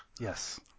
Yes